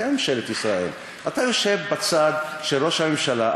אתם ממשלת ישראל, אתה יושב בצד של ראש הממשלה.